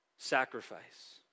Sacrifice